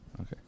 Okay